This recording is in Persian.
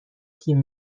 تیم